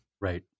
Right